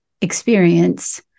experience